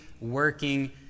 working